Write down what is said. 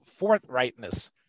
forthrightness